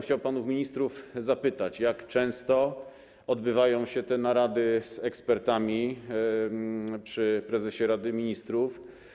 Chciałbym panów ministrów zapytać: Jak często odbywają się te narady z ekspertami przy prezesie Rady Ministrów?